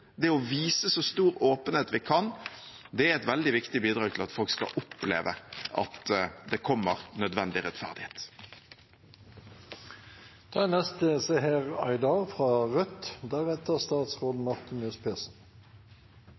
det å vise så stor åpenhet vi kan, er et veldig viktig bidrag for at folk skal oppleve at det kommer nødvendig